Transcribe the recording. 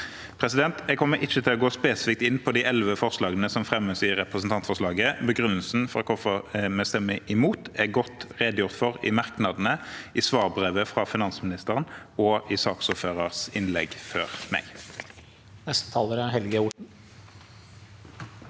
Jeg kommer ikke til å gå spesifikt inn på de elleve forslagene som fremmes i representantforslaget. Begrunnelsen for hvorfor vi stemmer imot, er godt redegjort for i merknadene, i svarbrevet fra finansministeren og i saksordførerens innlegg før meg.